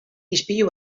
ispilu